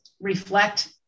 reflect